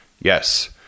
Yes